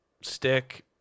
stick